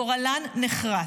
גורלן נחרץ.